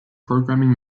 programming